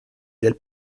del